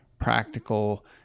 practical